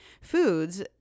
foods